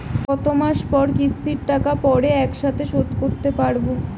কত মাস পর কিস্তির টাকা পড়ে একসাথে শোধ করতে পারবো?